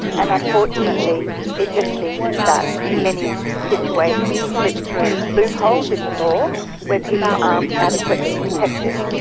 and unfortunately it just seems that many situations slip through loopholes in the law where people aren't adequately protected.